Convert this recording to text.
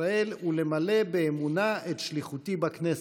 ישראל ולמלא באמונה את שליחותי בכנסת".